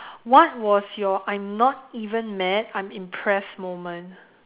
what was your I'm not even mad I'm impressed moment